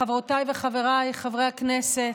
חברותיי וחבריי חברי הכנסת,